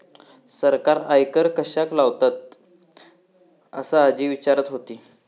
सरकार आयकर कश्याक लावतता? असा आजी विचारत होती